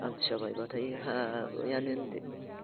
आमथिसुवा बायब्लाथाय हाबायानो होन्दो